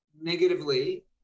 negatively